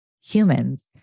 humans